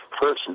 person